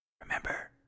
remember